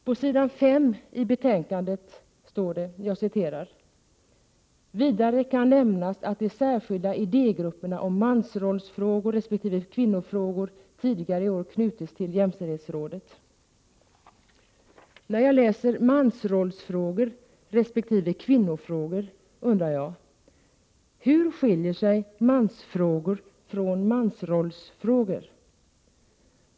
På s. 5 i betänkandet står det: ”Vidare kan nämnas att särskilda idégrupper om mansrollsfrågor resp. kvinnofrågor tidigare i år knutits till jämställdhetsrådet.” När jag läser ”mansrollsfrågor resp. kvinnofrågor” undrar jag: Hur skiljer sig mansfrågor från mansrollsfrågor?